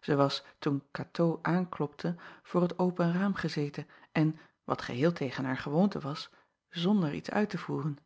ij was toen atoo aanklopte voor het open raam gezeten en wat geheel tegen haar gewoonte was zonder iets uit te voeren